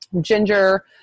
Ginger